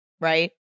right